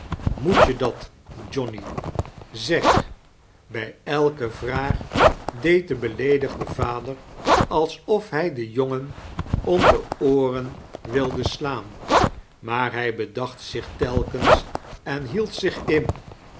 moet je dat johnny zeg bij elke vraag deed de beleedigde vader alsof hij den jongen om de ooren wilde slaan maar hij bedacht zich telkens en hield zich in